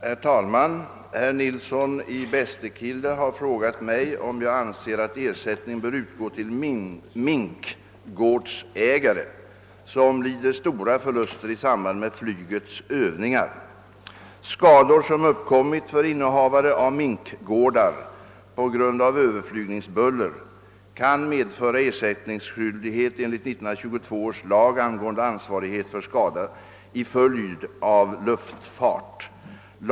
Herr talman! Herr Nilsson i Bästekille har frågat mig om jag anser att ersättning bör utgå till minkgårdsägare som lider stora förluster i samband med flygets övningar. Skador som uppkommit för innehavare av minkgårdar på grund av överflygningsbuller kan medföra ersättningsskyldighet enligt 1922 års lag angående ansvarighet för skada i följd av luftfart.